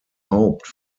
haupt